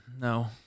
No